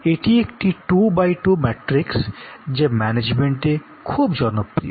এটি একটি 2 x 2 matrix যা ম্যানেজমেন্টে খুব জনপ্রিয়